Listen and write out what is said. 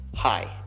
Hi